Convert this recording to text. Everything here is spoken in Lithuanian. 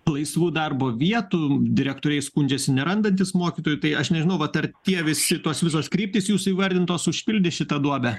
laisvų darbo vietų direktoriai skundžiasi nerandantys mokytojų tai aš nežinau vat ar tie visi tos visos kryptys jūsų įvardintos užpildys šitą duobę